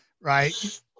right